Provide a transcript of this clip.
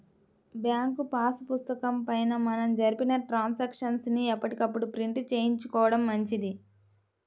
bank pass పుస్తకం పైన మనం జరిపిన ట్రాన్సాక్షన్స్ ని ఎప్పటికప్పుడు ప్రింట్ చేయించుకోడం మంచిది